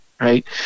right